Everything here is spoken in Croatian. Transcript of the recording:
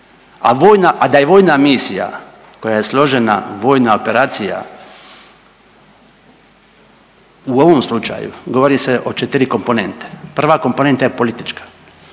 a da je vojna misija koja je složena vojna operacija, u ovom slučaju, govori se o 4 komponente. Prva komponenta je politička.